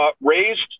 raised